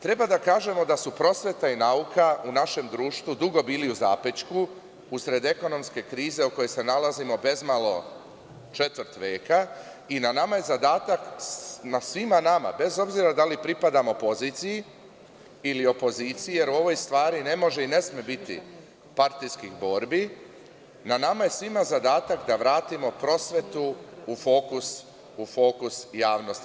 Treba da kažemo da su prosveta i nauka u našem društvu dugo bili u zapećku, usred ekonomske krize u kojoj se nalazimo bezmalo četvrt veka i na nama je zadatak, na svima nama, bez obzira da li pripadamo poziciji ili opoziciji, jer u ovoj stvari ne može i ne sme biti partijskih borbi, na nama je svima zadatak da vratimo prosvetu u fokus javnosti.